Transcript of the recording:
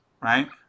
right